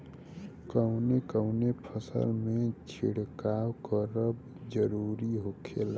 कवने कवने फसल में छिड़काव करब जरूरी होखेला?